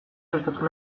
sustatu